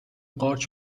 قارچ